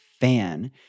fan